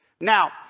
Now